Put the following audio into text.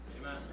amen